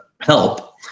help